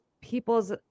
people's